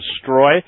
destroy